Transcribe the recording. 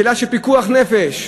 שאלה של פיקוח נפש,